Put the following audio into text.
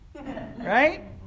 Right